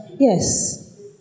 Yes